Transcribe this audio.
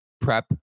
prep